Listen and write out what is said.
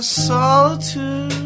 solitude